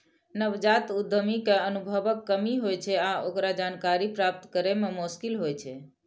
नवजात उद्यमी कें अनुभवक कमी होइ छै आ ओकरा जानकारी प्राप्त करै मे मोश्किल होइ छै